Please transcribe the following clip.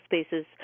spaces